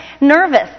nervous